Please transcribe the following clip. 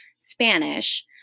Spanish